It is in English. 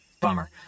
Bummer